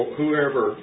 whoever